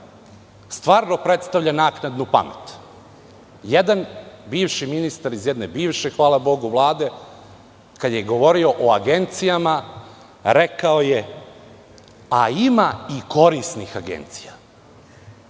stvarno predstavlja naknadnu pamet. Jedan bivši ministar iz jedne bivše, hvala Bogu, Vlade kad je govorio o agencijama rekao je – a, ima i korisnih agencija.